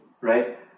right